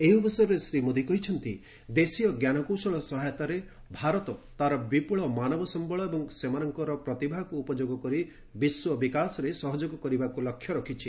ଏହି ଅବସରରେ ଶ୍ରୀ ମୋଦୀ କହିଛନ୍ତି ଦେଶୀୟ ଜ୍ଞାନକୌଶଳ ସହାୟତାରେ ଭାରତ ତା'ର ବିପ୍ରଳ ମାନବ ସମ୍ଭଳ ଓ ସେମାନଙ୍କ ପ୍ରତିଭାକୁ ଉପଯୋଗ କରି ବିଶ୍ୱ ବିକାଶରେ ସହଯୋଗ କରିବାକ୍ ଲକ୍ଷ୍ୟ ରଖିଛି